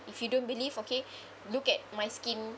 if you don't believe okay look at my skin